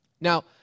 Now